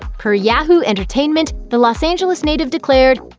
per yahoo! entertainment, the los angeles native declared,